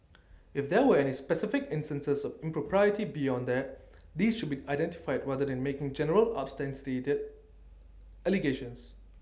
if there were any specific instances of impropriety beyond that these should be identified rather than making general unsubstantiated allegations